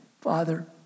Father